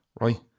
right